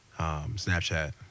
Snapchat